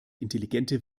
intelligente